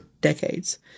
decades